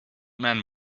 man